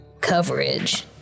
coverage